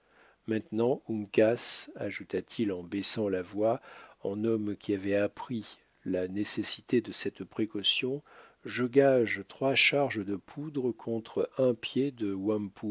maintenant uncas ajouta il en baissant la voix en homme qui avait appris la nécessité de cette précaution je gage trois charges de poudre contre un pied de